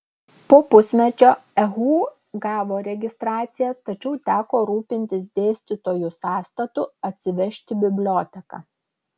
po pusmečio ehu gavo registraciją tačiau teko rūpintis dėstytojų sąstatu atsivežti biblioteką